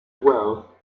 well